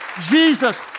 Jesus